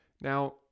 Now